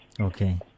Okay